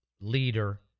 leader